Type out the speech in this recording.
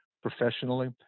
professionally